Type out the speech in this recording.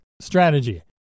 Strategy